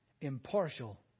impartial